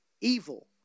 evil